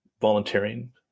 volunteering